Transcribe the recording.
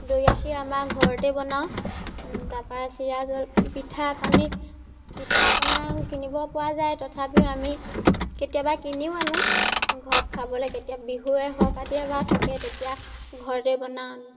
দৈ গাখীৰ আমাৰ ঘৰতে বনাওঁ তাৰপৰা চিৰা জল পিঠা পানী পিঠা পনা কিনিব পৰা যায় তথাপিও আমি কেতিয়াবা কিনিও আনো ঘৰত খাবলৈ কেতিয়া বিহুৱে সংক্ৰান্তিয়ে বাৰু থাকেই তেতিয়া ঘৰতে বনাওঁ